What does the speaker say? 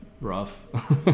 rough